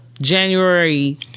January